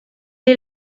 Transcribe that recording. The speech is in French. est